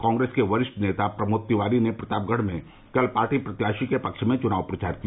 कांग्रेस के वरिष्ठ नेता प्रमोद तिवारी ने प्रतापगढ़ में कल पार्टी प्रत्याशी के पक्ष में चुनाव प्रचार किया